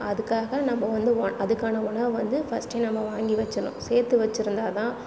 அதற்காக நம்ப வந்து உண் அதற்கான உணவை வந்து ஃபர்ஸ்ட்டே நம்ம வாங்கி வச்சிடணும் சேர்த்து வச்சிருந்தால் தான்